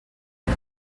que